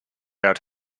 out